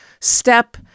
step